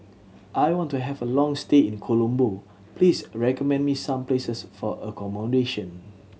I want to have a long stay in Colombo Please recommend me some places for accommodation